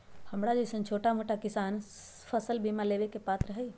हमरा जैईसन छोटा मोटा किसान फसल बीमा लेबे के पात्र हई?